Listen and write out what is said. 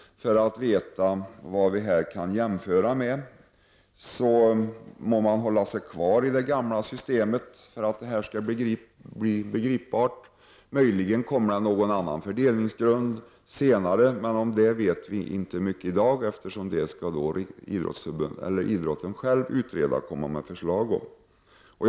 För att veta vad vi har att jämföra med må vi hålla oss kvar vid det gamla systemet för att det här resonemanget skall bli begripligt. Möjligen blir det någon annan fördelningsgrund senare, men om det vet vi inte mycket i dag, utan det skall idrotten själv utreda och komma med förslag om.